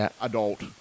adult